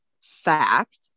fact